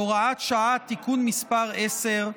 (הוראת שעה) )תיקון מס' 10),